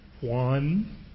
one